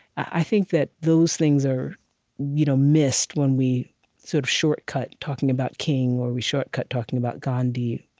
i think that those things are you know missed when we sort of shortcut talking about king, or we shortcut talking about gandhi.